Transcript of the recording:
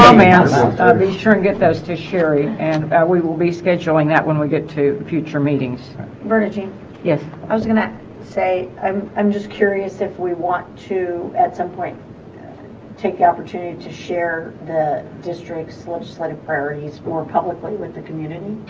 um and so be sure and get those to sherry and about we will be scheduling that when we get to the future meetings bernadine yes i was gonna say i'm i'm just curious if we want to at some point take the opportunity to share the district's legislative priorities more publicly with the community